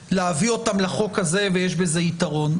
אפשר להביא אותם לחוק הזה ויש בהם יתרון,